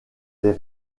les